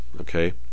okay